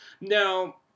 now